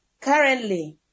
Currently